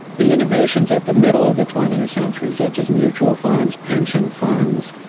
the innovations at the middle of the twentieth century such as mutual funds, pension funds,